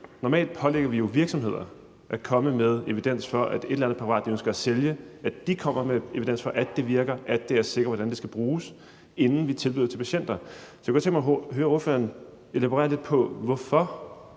normalt pålægger virksomheder at komme med evidens for, at et eller andet præparat, de ønsker at sælge, virker, at det er sikkert, og hvordan det skal bruges, inden vi tilbyder det til patienter. Jeg kunne godt tænke mig at høre ordføreren elaborere lidt på, hvorfor